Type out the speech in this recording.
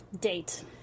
date